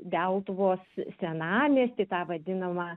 deltuvos senamiestį tą vadinamą